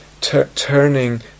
turning